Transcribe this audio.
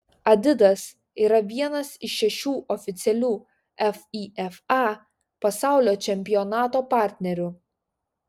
adidas yra vienas iš šešių oficialių fifa pasaulio čempionato partnerių